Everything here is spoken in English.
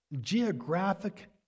geographic